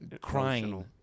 crying